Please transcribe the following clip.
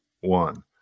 one